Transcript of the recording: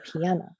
piano